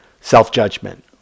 self-judgment